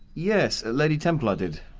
yes. lady templar did.